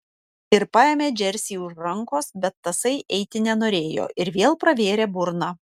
ir paėmė džersį už rankos bet tasai eiti nenorėjo ir vėl pravėrė burną